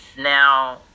Now